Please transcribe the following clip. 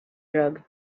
jug